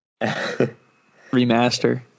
remaster